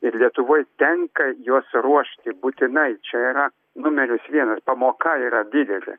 ir lietuvoj tenka juos ruošti būtinai čia yra numeris vienas pamoka yra didelė